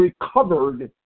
recovered